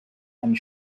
and